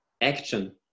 action